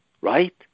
Right